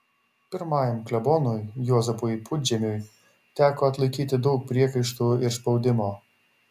pirmajam klebonui juozapui pudžemiui teko atlaikyti daug priekaištų ir spaudimo